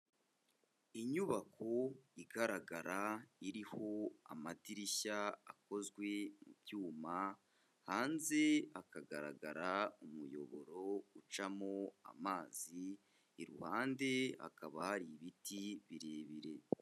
Inyubako igaragara iriho amadirishya akozwe mu byuma, hanze hakagaragara umuyoboro ucamo amazi, iruhande hakaba hari ibiti birebire.